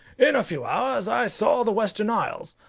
in a few hours i saw the western isles,